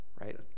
right